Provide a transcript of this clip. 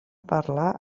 parlar